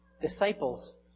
Disciples